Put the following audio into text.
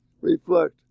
reflect